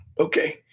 Okay